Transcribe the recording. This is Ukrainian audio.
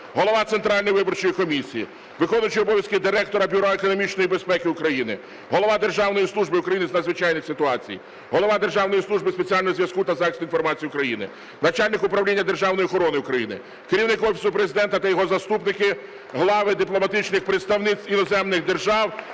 Голова Центральної виборчої комісії, виконуючий обов'язки Директора Бюро економічної безпеки України, Голова Державної служби України з надзвичайних ситуацій, Голова Державної служби спеціального зв'язку та захисту інформації України, начальник Управління державної охорони України, керівник Офісу Президента та його заступники, глави дипломатичних представництв іноземних держав